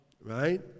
Right